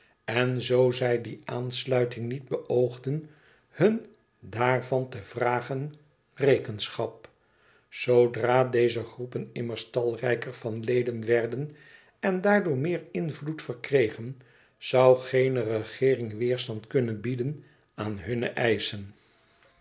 en zoo zij die aansluiting niet beoogden hun daarvan te vragen rekenschap zoodra deze groepen immers talrijker van leden werden en daardoor meer invloed verkregen zoû geene regeering weêrstand kunnen bieden aan hunne eischen